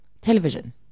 television